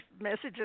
messages